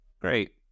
Great